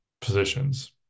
positions